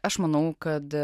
aš manau kad